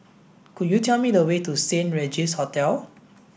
could you tell me the way to Saint Regis Hotel